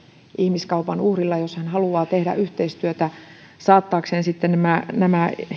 ihmiskaupan uhrilla jos hän haluaa tehdä yhteistyötä saattaakseen nämä nämä